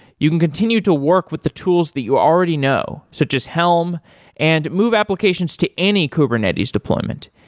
you can continue to work with the tools that you already know, such as helm and move applications to any kubernetes deployment.